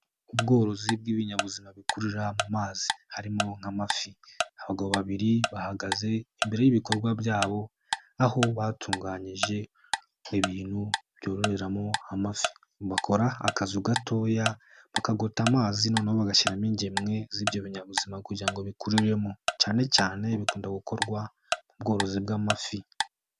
Ubworozi bw'ibinyabuzima bikurira mu mazi harimo nk'amafi. Abagabo babiri bahagaze imbere y'ibikorwa byabo, aho batunganyije ibintu byororeramo amafi. Bakora akazu gatoya bakagota amazi noneho bagashyiramo ingemwe z'ibyo binyabuzima kugira ngo bikuriremo cyane cyane bikunda gukorwa mu bworozi bw'amafi.